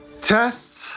test